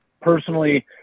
personally